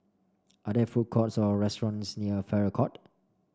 are there food courts or restaurants near Farrer Court